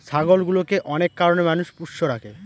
ছাগলগুলোকে অনেক কারনে মানুষ পোষ্য রাখে